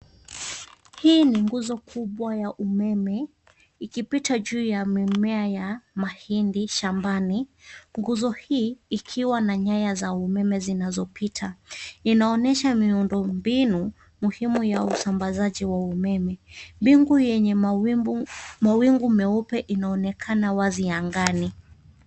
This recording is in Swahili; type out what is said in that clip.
Hii ni nguzo kubwa ya umeme, ikipita juu ya mimea ya mahindi shambani, Nguzo hii ikiwa na nyaya za umeme zinazopita. Inaonesha miundo mbinu muhimu ya usambazaji wa umeme. Mbingu yenye mawingu meupe inaonekana wazi angani.